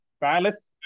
Palace